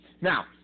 Now